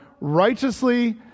righteously